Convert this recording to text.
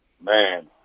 Man